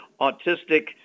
autistic